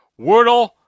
Wordle